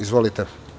Izvolite.